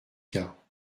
cas